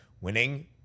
winning